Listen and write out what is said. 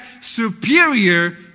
superior